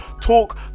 talk